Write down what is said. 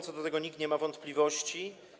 Co do tego nikt nie ma wątpliwości.